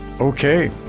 Okay